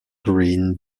green